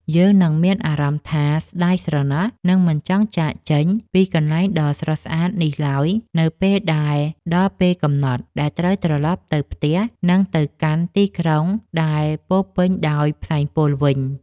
យើងនឹងមានអារម្មណ៍ថាស្ដាយស្រណោះ និង មិនចង់ចាកចេញពីកន្លែងដ៏ស្រស់ស្អាតនេះឡើយនៅពេលដែលដល់ពេលកំណត់ដែលត្រូវត្រឡប់ទៅផ្ទះ និង ទៅកាន់ទីក្រុងដែលពោរពេញដោយផ្សែងពុលវិញ។